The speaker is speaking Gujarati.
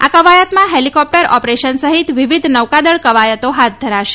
આ ક્વાયતમાં હેલિકોપ્ટર ઓપરેશન સહિત વિવિધ નૌકાદળ ક્વાયતો હાથ ધરાશે